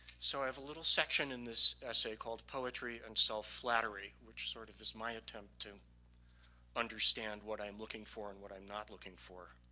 so i have a little section in this essay called poetry and self-flattery which sort of is my attempt to understand what i'm looking for and what i'm not looking for